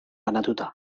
banatuta